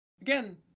Again